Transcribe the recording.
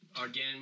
again